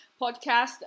podcast